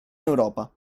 europa